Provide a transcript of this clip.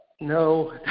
No